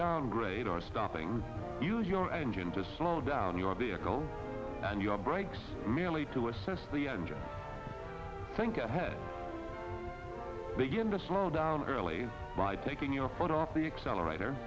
down grade or stopping your engine to slow down your vehicle and your brakes merely to assess the engine think ahead begin to slow down early by taking your foot off the accelerator